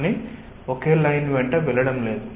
కానీ ఒకే లైన్ వెంట వెళ్ళడం లేదు